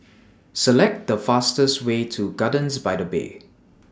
Select The fastest Way to Gardens By The Bay